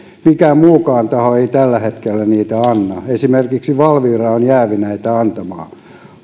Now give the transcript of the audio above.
mikään muukaan taho ei tällä hetkellä niitä anna esimerkiksi valvira on jäävi näitä antamaan